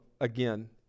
again